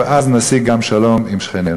ואז נשיג שלום גם עם שכנינו.